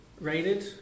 Rated